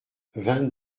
vingt